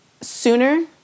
sooner